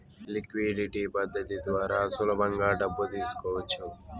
liquidity పద్ధతి ద్వారా సులభంగా డబ్బు తీసుకోవచ్చు